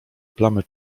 plamy